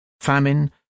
Famine